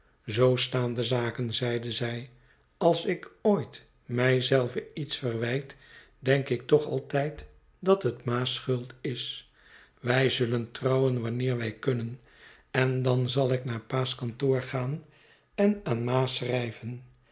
zoo staan de zaken zeide zij als ik ooit mij zelve iets verwijt denk ik toch altijd dat hot ma's schuld is wij zullen trouwen wanneer wij kunnen en dan zal ik naar pa's kantoor gaan en aan ma schrijven